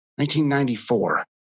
1994